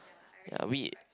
yeah we